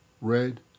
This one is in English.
red